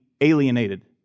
alienated